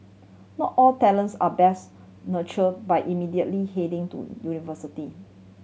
not all talents are best nurture by immediately heading to university